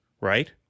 right